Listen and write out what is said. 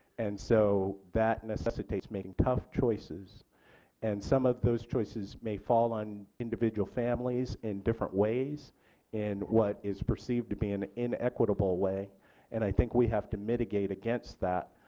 and so that necessitates making tough choices and some of those choices may fall on individual families in different ways in what is perceived to be in an inequitable way and i think we have to mitigate against that,